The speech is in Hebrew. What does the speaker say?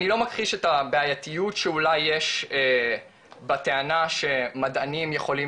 אני לא מכחיש את הבעייתיות שאולי יש בטענה שמדענים יכולים